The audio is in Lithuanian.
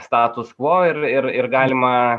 status kvo ir ir ir galima